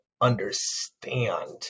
understand